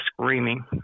screaming